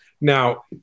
Now